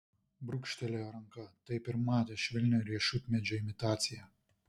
brūkštelėjo ranka taip ir matė švelnią riešutmedžio imitaciją